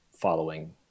following